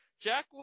Jack